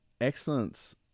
excellence